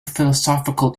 philosophical